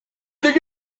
think